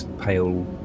pale